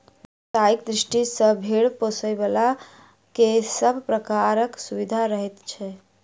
व्यवसायिक दृष्टि सॅ भेंड़ पोसयबला के सभ प्रकारक सुविधा रहैत छै